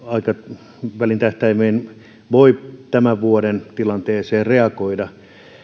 aikavälin tähtäimellä voi tämän vuoden tilanteeseen reagoida